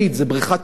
זה בריכת אידוי.